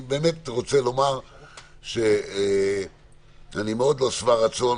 אני רוצה לומר שאני מאוד לא שבע רצון